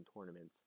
tournaments